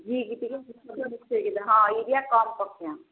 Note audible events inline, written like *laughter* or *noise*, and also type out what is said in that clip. *unintelligible*